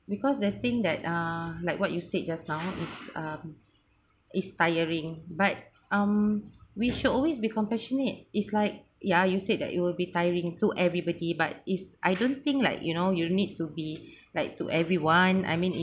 because they think that uh like what you said just now is um is tiring but um we should always be compassionate is like ya you said that it will be tiring to everybody but is I don't think like you know you need to be like to everyone I mean